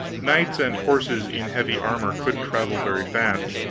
knights and horses in heavy armor couldn't travel very fast.